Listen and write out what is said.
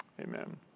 Amen